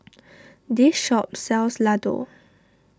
this shop sells Ladoo